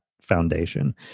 foundation